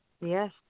Yes